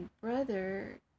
brother